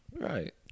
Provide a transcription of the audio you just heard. Right